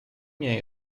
nie